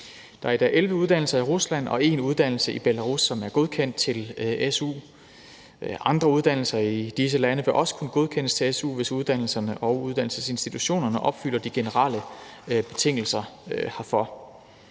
Der er i dag 11 uddannelser i Rusland og én uddannelse i Belarus, som er godkendt til su. Andre uddannelser i disse lande vil også kunne godkendes til su, hvis uddannelserne og uddannelsesinstitutionerne opfylder de generelle betingelser herfor.